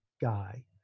guy